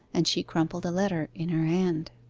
and she crumpled a letter in her hand.